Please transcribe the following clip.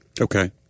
Okay